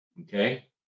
okay